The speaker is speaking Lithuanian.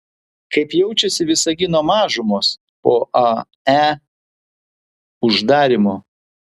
kaip jaučiasi visagino mažumos po ae uždarymo